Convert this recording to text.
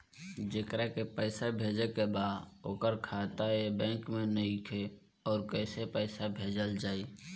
जेकरा के पैसा भेजे के बा ओकर खाता ए बैंक मे नईखे और कैसे पैसा भेजल जायी?